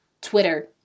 Twitter